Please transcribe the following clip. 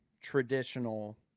traditional